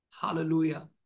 Hallelujah